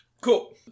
Cool